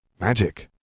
Magic